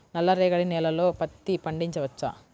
నల్ల రేగడి నేలలో పత్తి పండించవచ్చా?